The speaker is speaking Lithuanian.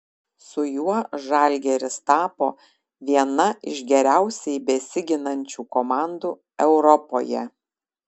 su juo žalgiris tapo viena iš geriausiai besiginančių komandų europoje